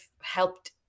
helped